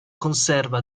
conserva